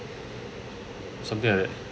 something like that